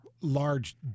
large